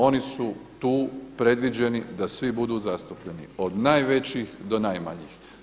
Oni su tu predviđeni da svi budu zastupljeni od najvećih do najmanjih.